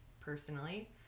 personally